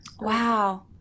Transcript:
Wow